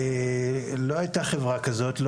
לא הייתה חברה כזאת,